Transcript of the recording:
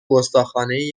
گستاخانهی